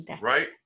right